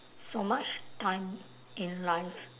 so much time in life